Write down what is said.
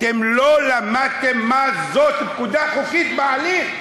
אתם לא למדתם מה זאת פקודה חוקית בעליל.